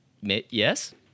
Yes